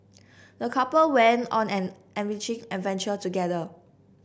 the couple went on an enriching adventure together